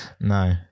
No